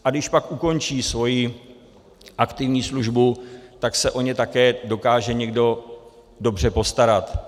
A když pak ukončí svoji aktivní službu, tak se o ně také dokáže někdo dobře postarat.